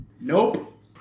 Nope